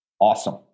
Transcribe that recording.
Awesome